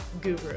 guru